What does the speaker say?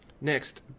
Next